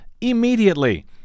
immediately